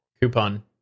Coupon